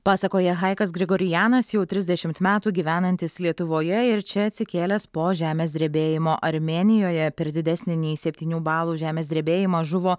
pasakoja hajkas grigorianas jau trisdešimt metų gyvenantis lietuvoje ir čia atsikėlęs po žemės drebėjimo armėnijoje per didesnį nei septynių balų žemės drebėjimą žuvo